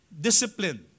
discipline